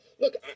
look